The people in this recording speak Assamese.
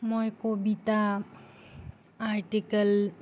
মই কবিতা আৰ্টিকল